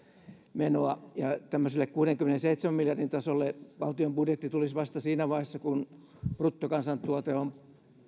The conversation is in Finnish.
menoa ja tämmöiselle kuudenkymmenenseitsemän miljardin tasolle valtion budjetti tulisi vasta siinä vaiheessa kun bruttokansantuote on